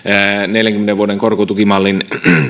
neljänkymmenen vuoden korkotukimallin